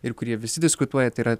ir kur jie visi diskutuoja tai yra